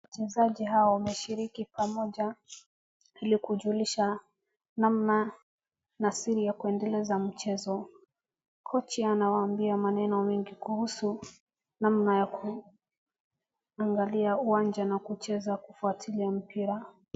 Wachezaji hawa wameshiriki pamoja ili kujulisha namna na siri ya kuendeleza mchezo. Kocha anawaambia maneno mengi kuhusu namna ya kuangalia uwanja na kucheza kufuatilia mpira.